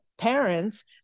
parents